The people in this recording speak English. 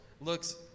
looks